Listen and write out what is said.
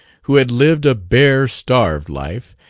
who had lived a bare, starved life,